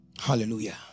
Hallelujah